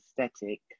aesthetic